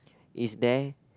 is there